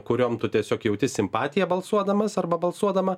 kuriom tu tiesiog jauti simpatiją balsuodamas arba balsuodama